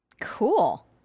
Cool